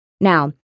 Now